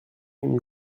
une